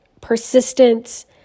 persistence